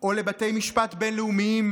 או לבתי משפט בין-לאומיים,